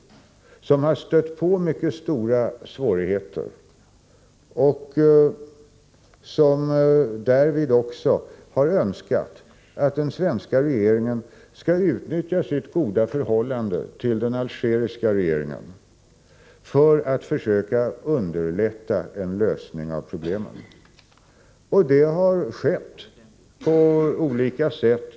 Företaget har stött på mycket stora svårigheter och därvid önskat att den svenska regeringen skulle utnyttja sitt goda förhållande till den algeriska regeringen för att försöka underlätta en lösning av problemen. Det har skett, på olika sätt.